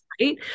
right